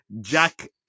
Jack